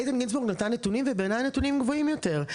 איתן גינזבורג נתן פה נתונים ובעיני הנתונים האמיתיים הם גבוהים יותר.